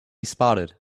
spotted